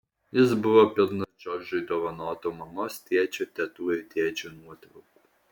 jis buvo pilnas džordžui dovanotų mamos tėčio tetų ir dėdžių nuotraukų